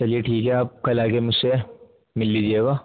چلیے ٹھیک ہے آپ کل آ کے مجھ سے مل لیجیے گا